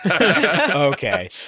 Okay